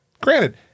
Granted